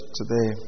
today